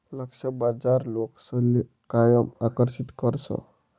लक्ष्य बाजार लोकसले कायम आकर्षित करस